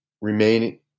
remain